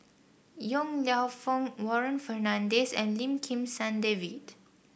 Yong Lew Foong Warren Fernandez and Lim Kim San David